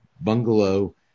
bungalow